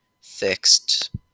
fixed